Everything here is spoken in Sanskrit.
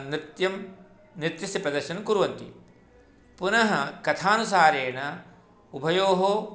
नृत्यं नृत्यस्य प्रदर्शन् कुर्वन्ति पुनः कथानुसारेण उभयोः